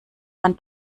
man